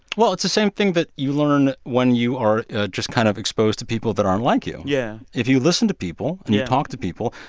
well, it's the same thing that you learn when you are just kind of exposed to people that aren't like you yeah if you listen to people and you talk to people,